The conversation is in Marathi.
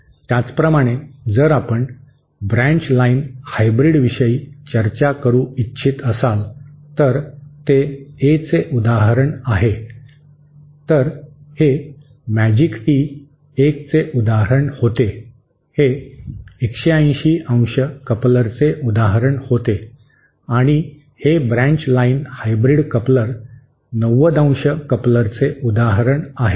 त्याचप्रमाणे जर आपण ब्रांच लाइन हायब्रीडविषयी चर्चा करू इच्छित असाल तर ते ए चे उदाहरण आहे तर हे मॅजिक टी एकचे उदाहरण होते हे 180° कपलरचे उदाहरण होते आणि हे ब्रँच लाईन हायब्रीड कपलर 90 कपलरचे उदाहरण आहे